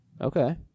Okay